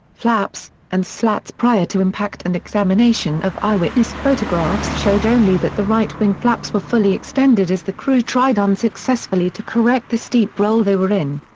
flaps, and slats prior to impact and examination of eyewitness photographs showed only that the right wing flaps were fully extended as the crew tried unsuccessfully to correct the steep roll they were in.